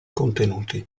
contenuti